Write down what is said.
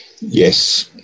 Yes